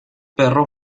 perro